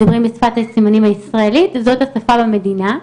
זאת השפה במדינה.